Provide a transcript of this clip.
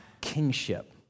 kingship